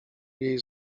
jej